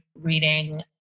reading